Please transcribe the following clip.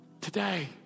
Today